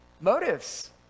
Motives